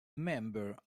member